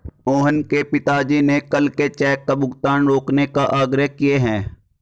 मोहन के पिताजी ने कल के चेक का भुगतान रोकने का आग्रह किए हैं